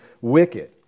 wicked